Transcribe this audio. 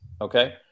okay